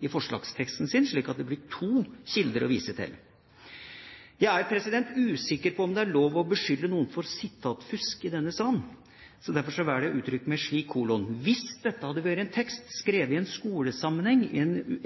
i forslagsteksten sin, slik at det blir to kilder å vise til. Jeg er usikker på om det er lov å beskylde noen for sitatfusk i denne salen. Derfor velger jeg å uttrykke meg slik: Hvis dette hadde vært en tekst skrevet i en skolesammenheng